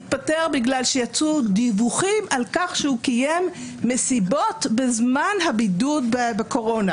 התפטר בגלל שיצאו דיווחים על כך שהוא קיים מסיבות בזמן הבידוד בקורונה.